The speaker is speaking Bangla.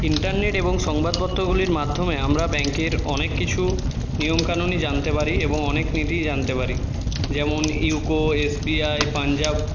ইন্টারনেট এবং সংবাদপত্রগুলির মাধ্যমে আমরা ব্যাংকের অনেক কিছু নিয়মকানুনই জানতে পারি এবং অনেক নীতিই জানতে পারি যেমন UCO S B I Punjab